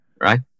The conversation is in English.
right